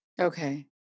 Okay